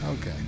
Okay